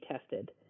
tested